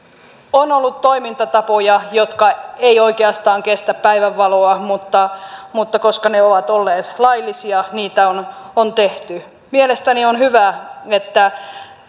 on ollut toimintatapoja jotka eivät oikeastaan kestä päivänvaloa mutta mutta koska ne ovat olleet laillisia niitä on on tehty mielestäni on hyvä että